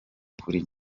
kuri